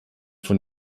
von